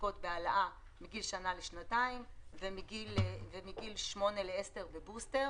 שעוסקות בהעלאה מגיל שנה לשנתיים ומגיל שמונה לעשר השימוש בבוסטר.